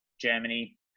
Germany